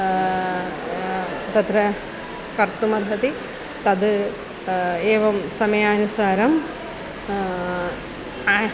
तत्र कर्तुम् अर्हति तत् एवं समयानुसारम्